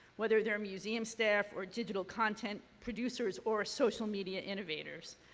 whether they're museum staff or digital content producers or social media innovators.